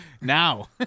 now